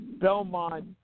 Belmont